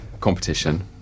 competition